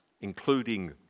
including